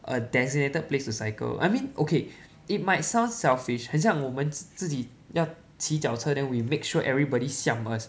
a designated place to cycle I mean okay it might sound selfish 很像我们自自己要骑脚车 then we make sure everybody siam us